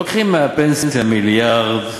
לוקחים מהפנסיה מיליארד,